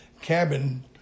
cabin